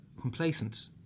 Complacent